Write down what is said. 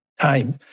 time